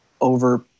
over